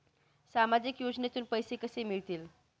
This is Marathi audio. सामाजिक योजनेतून पैसे कसे मिळतील?